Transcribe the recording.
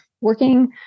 working